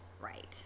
right